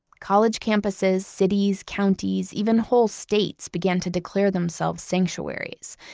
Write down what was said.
college campuses, cities, counties, even whole states began to declare themselves sanctuaries,